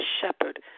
shepherd